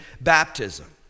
baptism